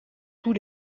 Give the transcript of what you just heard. tous